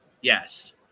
Yes